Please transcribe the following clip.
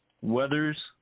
weathers